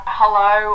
hello